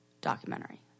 documentary